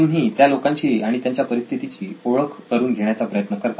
तुम्ही त्या लोकांशी आणि त्यांच्या परिस्थितीची ओळख करून घेण्याचा प्रयत्न करता